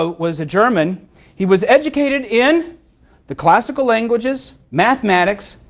so was a german he was educated in the classical languages, mathematics,